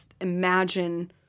imagine –